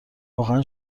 واقعا